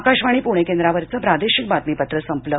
आकाशवाणी पूणे केंद्रावरचं प्रादेशिक बातमीपत्र संपलं